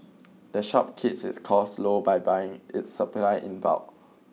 the shop keeps its costs low by buying its supplies in bulk